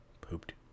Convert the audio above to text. pooped